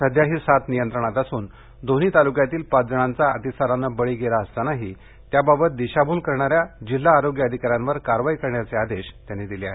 सध्या ही साथ नियंत्रणात असून दोन्ही ताल्क्यातील पाच जणांचा अतिसाराने बळी गेला असतानाही त्याबाबत दिशाभुल करणा या जिल्हा आरोग्य अधिका यांवर कारवाई करण्याचे आदेश महाजन यांनी दिले आहेत